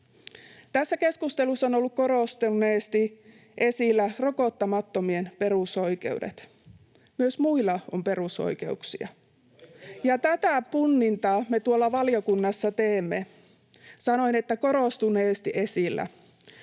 Tässä keskustelussa ovat olleet korostuneesti esillä rokottamattomien perusoikeudet. Myös muilla on perusoikeuksia, [Välihuuto perussuomalaisten ryhmästä] ja tätä punnintaa me tuolla valiokunnassa teemme. — Sanoin ”korostuneesti esillä”.